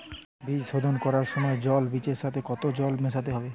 বীজ শোধন করার সময় জল বীজের সাথে কতো জল মেশাতে হবে?